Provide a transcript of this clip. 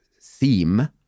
theme